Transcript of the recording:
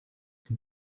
die